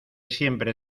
siempre